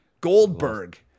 Goldberg